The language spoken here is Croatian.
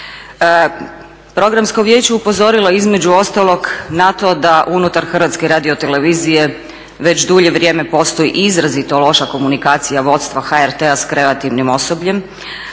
Programsko vijeće upozorilo je između ostalog na to da unutar HRT-a već dulje vrijeme postoji izrazito loša komunikacija vodstva HRT-a s kreativnim osobljem,